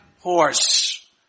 horse